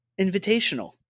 invitational